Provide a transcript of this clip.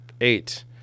Eight